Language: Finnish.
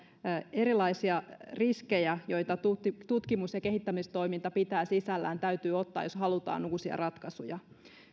erilaisia riskejä joita tutkimus ja kehittämistoiminta pitää sisällään täytyy ottaa jos halutaan uusia ratkaisuja